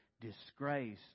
disgrace